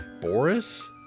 Boris